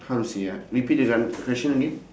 how to say ah repeat the question again